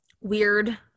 weird